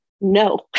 No